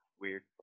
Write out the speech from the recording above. weird